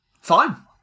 Fine